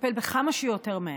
לטפל כמה שיותר מהר.